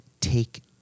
Take